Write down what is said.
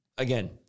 Again